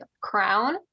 crown